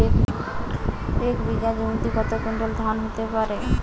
এক বিঘা জমিতে কত কুইন্টাল ধান হতে পারে?